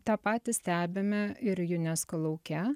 tą patį stebime ir unesco lauke